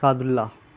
سعد اللہ